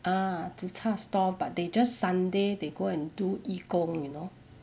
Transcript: ah zi char stall but they just sunday they go and do 义工 you know